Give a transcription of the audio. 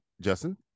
Justin